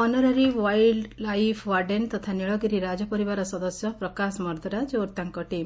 honorary wild life warden ତଥା ନୀଳଗିରି ରାଜପରିବାର ସଦସ୍ୟ ପ୍ରକାଶ ମର୍ଦ୍ଦରାଜ ଓ ତାଙ୍କ ଟିମ୍